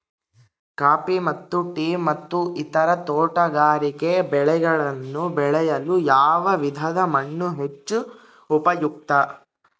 Coffee ಮತ್ತು tea ಮತ್ತು ಇತರ ತೋಟಗಾರಿಕೆ ಬೆಳೆಗಳನ್ನು ಬೆಳೆಯಲು ಯಾವ ವಿಧದ ಮಣ್ಣು ಹೆಚ್ಚು ಉಪಯುಕ್ತ?